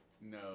No